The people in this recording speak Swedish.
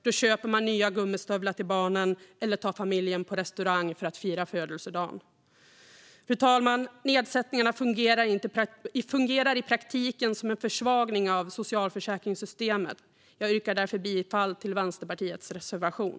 Då köper man nya gummistövlar till barnen eller tar familjen på restaurang för att fira födelsedagen. Fru talman! Nedsättningarna fungerar i praktiken som en försvagning av socialförsäkringssystemet. Jag yrkar därför bifall till Vänsterpartiets reservation.